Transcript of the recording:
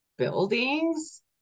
buildings